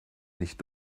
nicht